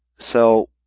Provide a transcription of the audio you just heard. so